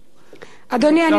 אם אפשר, משפט אחרון.